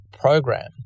program